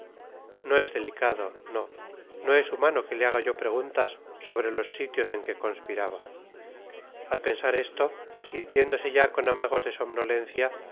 no es delicado no no es humano que le haga yo preguntas sobre los sitios en que conspiraba al pensar esto sintiéndose ya con amagos de somnolencia